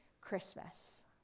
Christmas